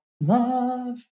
Love